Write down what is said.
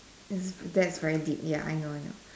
it's that's very deep ya I know I know